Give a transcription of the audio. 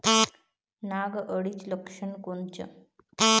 नाग अळीचं लक्षण कोनचं?